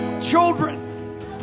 Children